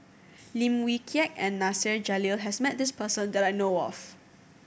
Lim Wee Kiak and Nasir Jalil has met this person that I know of